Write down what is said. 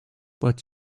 but